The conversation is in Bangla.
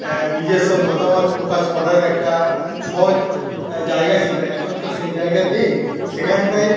নিজস্ব মতামত প্রকাশ করার একটা সহজ জায়গা ছিল এখন তো সেই জায়গা নেই সেখানটায়